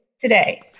Today